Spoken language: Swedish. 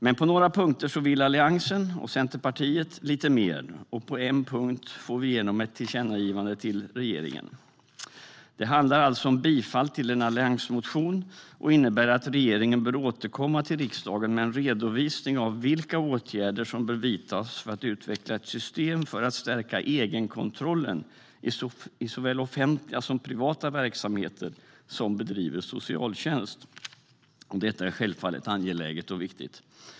Men på några punkter vill Alliansen och Centerpartiet lite mer, och på en punkt får vi igenom ett tillkännandegivande till regeringen. Det handlar alltså om bifall till en alliansmotion och innebär att regeringen bör återkomma till riksdagen med en redovisning av vilka åtgärder som bör vidtas för att utveckla ett system för att stärka egenkontrollen i såväl offentliga som privata verksamheter som bedriver socialtjänst. Detta är självfallet angeläget och viktigt.